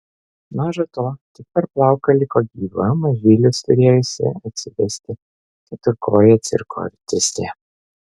maža to tik per plauką liko gyva mažylius turėjusi atsivesti keturkojė cirko artistė